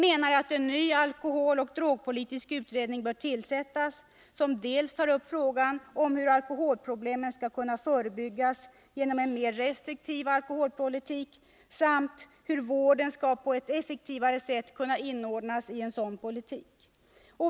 En ny alkoholoch drogpolitisk utredning bör tillsättas som dels tar upp frågan hur alkoholproblemen skall kunna förebyggas genom en mer restriktiv alkoholpolitik, dels frågan hur vården på ett effektivare sätt skall kunna inordnas i en sådan politik.